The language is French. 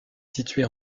située